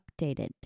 updated